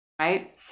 right